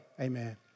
Amen